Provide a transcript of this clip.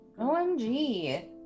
OMG